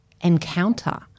encounter